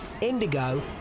Indigo